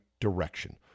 direction